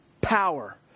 power